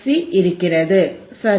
C இருக்கிறது சரி